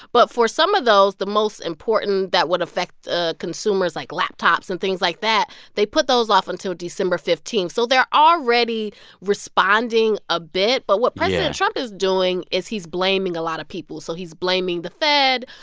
but for some of those the most important that would affect consumers, like laptops and things like that they put those off until december fifteen. so they're already responding a bit yeah but what president trump is doing is he's blaming a lot of people. so he's blaming the fed.